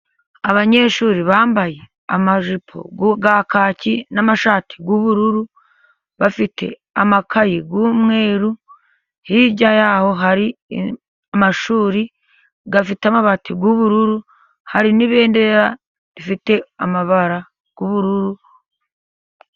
Abanyeshuri bambaye amajipo ya kaki n'amashati y'ubururu, bafite amakayi y'umweruru, hirya y'aho hari amashuri afite amabati y'ubururu, hari n'ibendera rifite amabara y'ubururu.